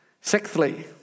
Sixthly